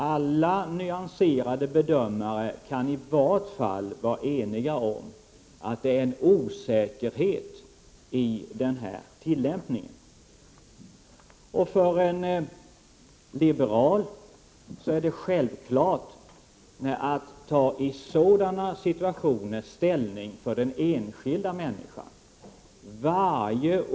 Alla nyanserade bedömare kan i varje fall vara eniga om att det råder en osäkerhet om denna tillämpning. För en liberal är det självklart att i sådana situationer ta ställning för den enskilda människan.